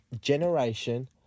generation